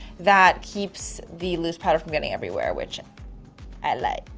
that keeps the loose powder from getting everywhere. which i like.